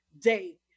day